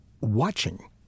watching